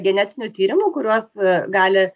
genetinių tyrimų kuriuos gali